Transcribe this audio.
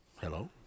hello